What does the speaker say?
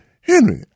Henry